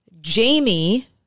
Jamie